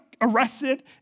arrested